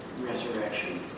resurrection